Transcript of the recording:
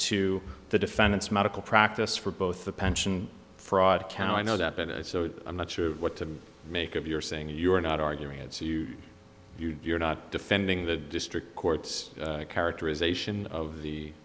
to the defendant's medical practice for both the pension fraud count i know that and so i'm not sure what to make of your saying you're not arguing it so you you're not defending the district court's characterization of the